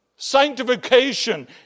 Sanctification